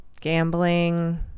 gambling